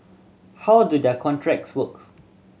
how do their contracts works